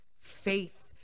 faith